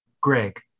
Greg